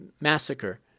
massacre